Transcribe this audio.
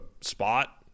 spot